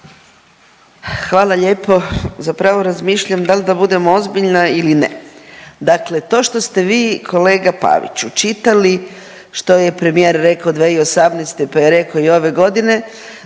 Hvala lijepo. Za pravo razmišljam dal da budem ozbiljna ili ne. Dakle, to što ste vi kolega Paviću čitali što je premijer rekao 2018. pa je rekao i ove godine,